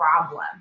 problem